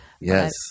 Yes